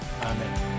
Amen